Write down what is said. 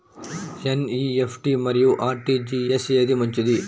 NEFT మరియు RTGS ఏది మంచిది?